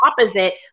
opposite